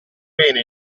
bene